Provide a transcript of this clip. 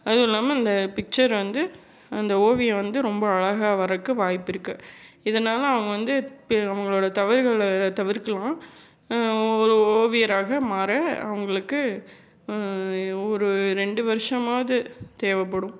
அதுவும் இல்லாமல் அந்த பிக்சர் வந்து அந்த ஓவியம் வந்து ரொம்ப அழகாக வரதுக்கு வாய்ப்பு இருக்குது இதனால் அவங்க வந்து பே அவங்களோட தவறுகளை தவிர்க்கலாம் ஒரு ஓவியராக மாற அவங்களுக்கு ஒரு ரெண்டு வருடமாவது தேவைப்படும்